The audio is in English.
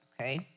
Okay